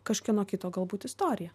kažkieno kito galbūt istorija